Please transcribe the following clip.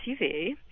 SUV